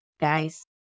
guys